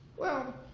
well,